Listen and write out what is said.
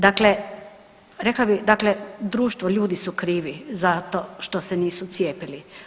Dakle, rekla bih dakle društvo ljudi su krivi zato što se nisu cijepili.